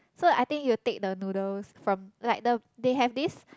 so I think you take the noodles from like the they have this